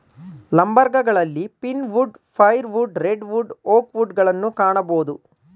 ಲಂಬರ್ಗಳಲ್ಲಿ pine wood, fire wood, red wood, oak wood ಗಳನ್ನು ಕಾಣಬೋದು